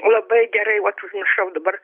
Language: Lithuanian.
labai gerai vat užmiršau dabar